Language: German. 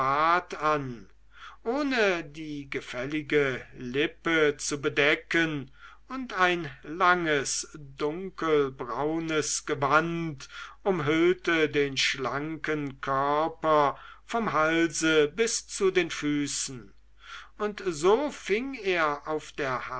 an ohne die gefällige lippe zu bedecken und ein langes dunkelbraunes gewand umhüllte den schlanken körper vom halse bis zu den füßen und so fing er auf der